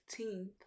15th